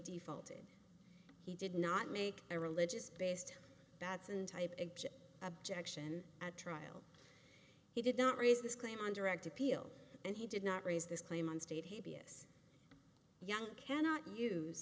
defaulted he did not make a religious based that's an type of objection at trial he did not raise this claim on direct appeal and he did not raise this claim on state habeas young cannot use